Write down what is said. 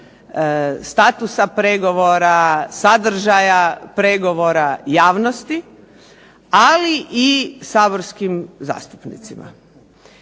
statusa pregovora, sadržaja pregovora, javnosti, ali i saborskim zastupnicima.